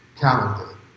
calendar